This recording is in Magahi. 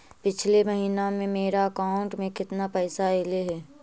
पिछले महिना में मेरा अकाउंट में केतना पैसा अइलेय हे?